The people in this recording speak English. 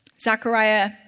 Zechariah